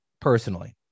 Personally